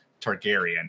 Targaryen